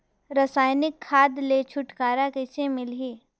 रसायनिक खाद ले छुटकारा कइसे मिलही?